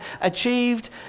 achieved